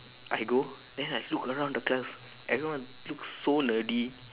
I go then I look around the class everyone looks so nerdy